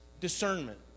Discernment